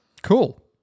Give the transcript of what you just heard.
cool